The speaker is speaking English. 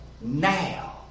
Now